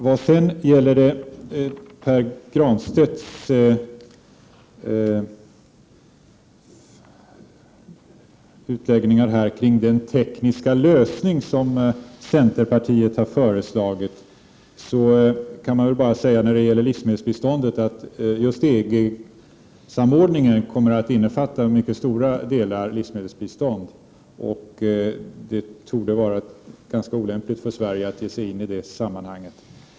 Vad sedan gäller Pär Granstedts utläggningar kring den tekniska lösning som centerpartiet har föreslagit, kan man bara säga då det gäller livsmedelsbiståndet att just EG-samordningen kommer att innefatta mycket stora delar livsmedelsbistånd. Det torde vara ganska olämpligt för Sverige att ge sig in i det sammanhanget.